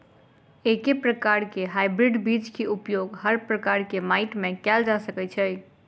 एके प्रकार केँ हाइब्रिड बीज केँ उपयोग हर प्रकार केँ माटि मे कैल जा सकय छै?